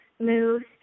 moved